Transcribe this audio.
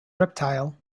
reptile